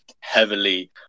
heavily